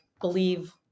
believe